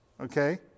okay